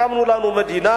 הקמנו לנו מדינה.